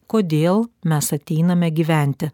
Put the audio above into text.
kodėl mes ateiname gyventi